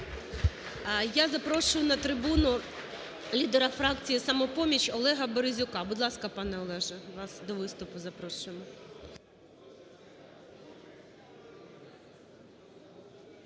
Я запрошую на трибуну лідера фракції "Самопоміч" Олега Березюка. Будь ласка, пане Олеже, вас до виступу запрошуємо.